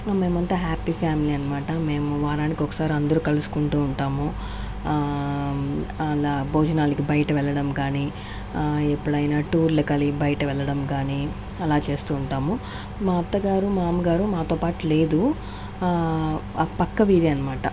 మేమంతా happy family అనమాట మేము వారానికి ఒకసారి అందరు కలుసుకుంటూ ఉంటాము అలా భోజనాలకి బయట వెళ్ళడం గానీ ఎప్పుడైనా టూర్లకి అలా బయట వెళ్ళడం కానీ అలా చేస్తుంటాము మా అత్తగారు మామగారు మాతోపాటు లేదు పక్క వీధి అనమాట